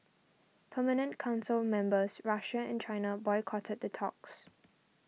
permanent council members Russia and China boycotted the talks